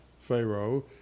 Pharaoh